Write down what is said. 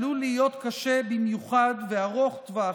עלול להיות קשה במיוחד וארוך טווח,